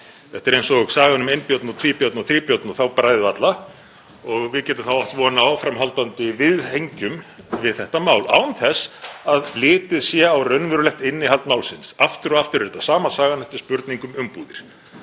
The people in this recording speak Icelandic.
Þetta er eins og sagan um Einbjörn, Tvíbjörn og Þríbjörn og þá bræður alla. Við getum þá átt von á áframhaldandi viðhengjum við þetta mál án þess að litið sé á raunverulegt innihald málsins. Aftur og aftur er þetta sama sagan. Þetta er spurning um umbúðir.